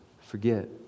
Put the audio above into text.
forget